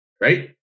right